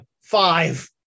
five